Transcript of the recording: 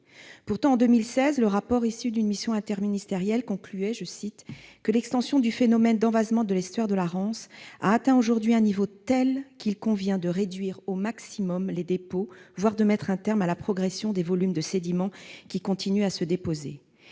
Pourtant, un rapport issu d'une mission interministérielle et publié en 2016 concluait que « l'extension du phénomène d'envasement de l'estuaire de la Rance a atteint aujourd'hui un niveau tel qu'il convient de réduire au maximum les dépôts, voire de mettre un terme à la progression des volumes de sédiments qui continuent à se déposer ».